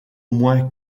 moins